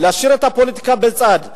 נשאיר את הפוליטיקה בצד,